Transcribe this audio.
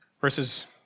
verses